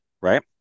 right